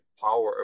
power